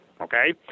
okay